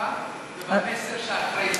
באכיפה ובמסר של האחראים.